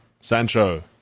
Sancho